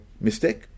mistake